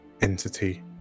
entity